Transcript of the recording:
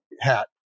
hat